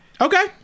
Okay